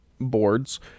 boards